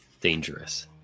dangerous